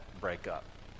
breakup